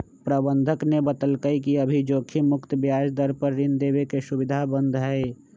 प्रबंधक ने बतल कई कि अभी जोखिम मुक्त ब्याज दर पर ऋण देवे के सुविधा बंद हई